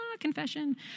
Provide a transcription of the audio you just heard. confession